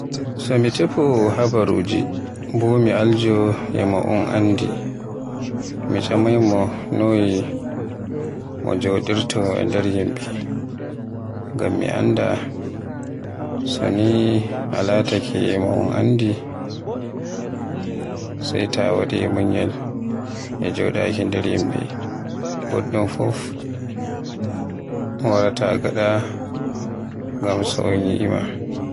So mi tefewo habaaruji bo mi aljo e mu'unanndi, mi tcamaymo Noy mi joɗirto e nder yimɓe, ngam mi anndi so ni a laatake mo un anndi, sai ta waɗi minnyal e joɗaaki e nder yimɓe. Goɗɗum fuf a waraata ngaɗa, ngam so un yi'uma.